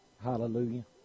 Hallelujah